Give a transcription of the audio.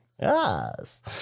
Yes